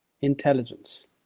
intelligence